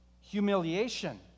Humiliation